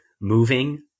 moving